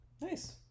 Nice